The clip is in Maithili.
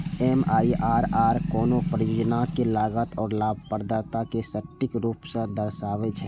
एम.आई.आर.आर कोनो परियोजनाक लागत आ लाभप्रदता कें सटीक रूप सं दर्शाबै छै